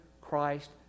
Christ